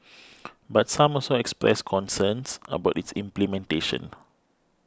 but some also expressed concerns about its implementation